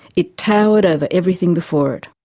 it towered over everything before it.